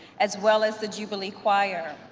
as well as the jubilee choir.